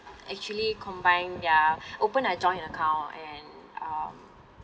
actually combine their open a joint account and um